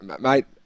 mate